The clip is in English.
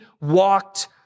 walked